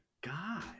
god